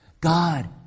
God